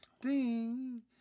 ding